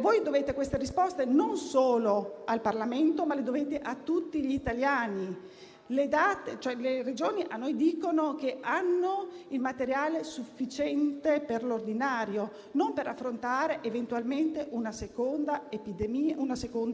voi dovete queste risposte non solo al Parlamento, ma a tutti gli italiani. Le Regioni ci dicono che hanno il materiale sufficiente per l'ordinario e non per affrontare eventualmente una seconda